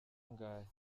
angahe